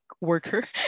worker